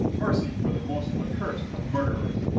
mercy for the most accursed of murderers!